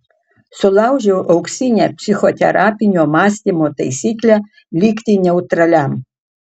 sulaužiau auksinę psichoterapinio mąstymo taisyklę likti neutraliam